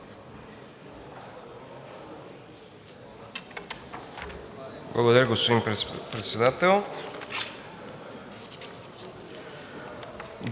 Благодаря, господин Председател.